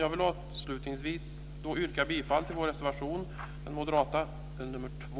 Jag vill avslutningsvis yrka bifall till den moderata reservationen nr 2.